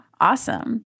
Awesome